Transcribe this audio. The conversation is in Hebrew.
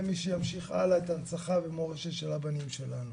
מי שימשיך הלאה את ההנצחה והמורשת של הבנים שלנו.